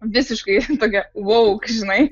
visiškai tokia vouk žinai